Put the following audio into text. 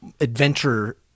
adventure